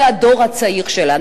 זה הדור הצעיר שלנו.